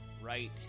Right